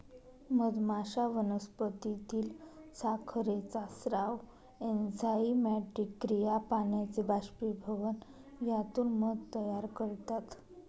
मधमाश्या वनस्पतीतील साखरेचा स्राव, एन्झाइमॅटिक क्रिया, पाण्याचे बाष्पीभवन यातून मध तयार करतात